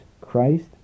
Christ